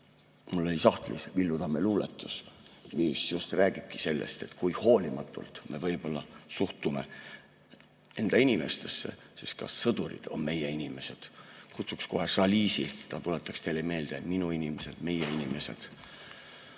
Mul oli sahtlis Villu Tamme luuletus, mis just räägibki sellest, kui hoolimatult me suhtume enda inimestesse, sest ka sõdurid on meie inimesed. Kutsuks kohe Chalice'i, ta tuletaks teile meelde, et minu inimesed, meie inimesed.